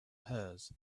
hers